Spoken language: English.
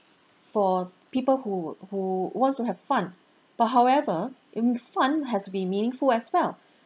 for people who who wants to have fun but however even fun has to be meaningful as well